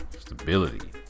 stability